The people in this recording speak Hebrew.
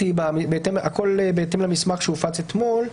הכול בהתאם למסמך שהופץ אתמול.